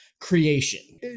creation